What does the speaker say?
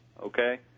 okay